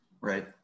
right